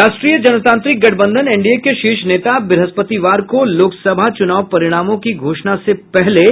राष्ट्रीय जनतांत्रिक गठबंधन एनडीए के शीर्ष नेता ब्रहस्पतिवार को लोकसभा चुनाव परिणामों की घोषणा से पहले